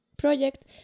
project